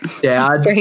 Dad